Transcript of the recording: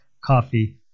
Coffee